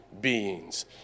beings